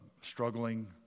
struggling